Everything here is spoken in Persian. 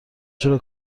چرا